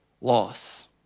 loss